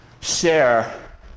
share